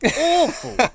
awful